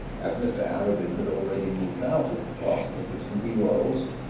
as mr arabin had already moved out of the parsonage of st ewold's,